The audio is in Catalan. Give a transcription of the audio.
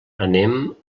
anem